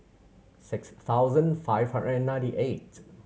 six thousand five hundred and ninety eight